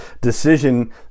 decision